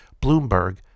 Bloomberg